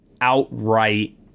outright